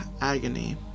agony